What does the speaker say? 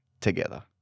together